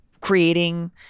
creating